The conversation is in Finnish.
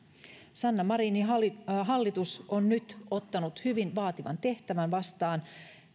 sanna marinin hallitus on nyt ottanut hyvin vaativan tehtävän vastaan